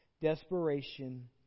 desperation